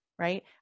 Right